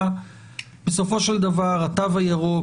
בסופו של דבר התו הירוק,